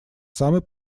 самый